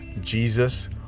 Jesus